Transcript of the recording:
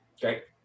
Great